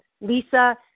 Lisa